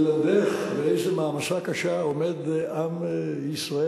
ללמדך באיזו מעמסה קשה עומד עם ישראל.